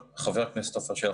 חה"כ עפר שלח,